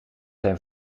zijn